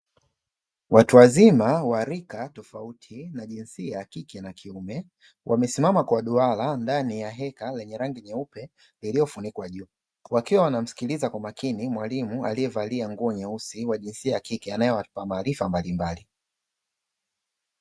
Watu wazima wa rika tofaut na jinsia ya kike na kiume, wamesimama kwa duara ndani ya heka lenye rangi nyeupe iliyofunikwa juu, wakiwa wanamsikiliza kwa makini mwalimu, aliyevalia nguo nyeusi wa jinsia kike akiwapatia maarifa mbalimbali.